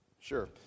Sure